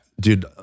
dude